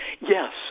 Yes